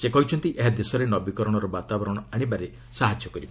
ସେ କହିଛନ୍ତି ଏହା ଦେଶରେ ନବୀକରଣର ବାତାବରଣ ଆଣିବାରେ ସହାୟକ ହେବ